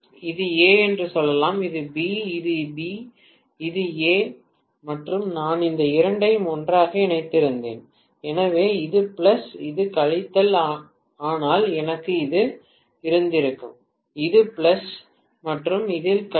இது A என்று சொல்லலாம் இது B மற்றும் இது B இது A மற்றும் நான் இந்த இரண்டையும் ஒன்றாக இணைத்திருந்தேன் எனவே இது பிளஸ் இது கழித்தல் ஆனால் எனக்கு இது இருந்திருக்கும் இது பிளஸ் மற்றும் இது கழித்தல்